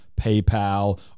PayPal